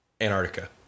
Antarctica